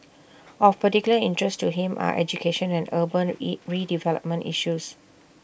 of particular interest to him are education and urban IT redevelopment issues